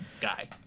guy